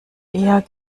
eher